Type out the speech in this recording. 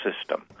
system